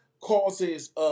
causes